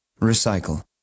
Recycle